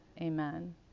Amen